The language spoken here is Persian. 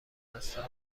هستم